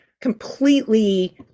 completely